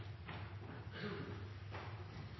vær så god!